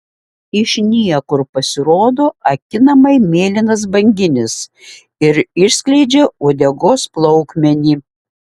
iš niekur pasirodo akinamai mėlynas banginis ir išskleidžia uodegos plaukmenį